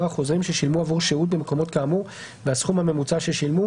החוזרים ששילמו עבור שהות במקומות כאמור והסכום הממוצע ששילמו",